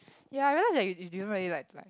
ya I realise that you you don't really like to cry